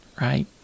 right